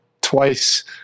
twice